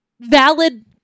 valid